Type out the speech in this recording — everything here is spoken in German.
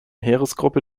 heeresgruppe